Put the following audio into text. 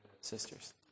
sisters